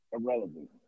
irrelevant